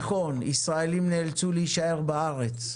נכון, ישראלים נאלצו להישאר בארץ.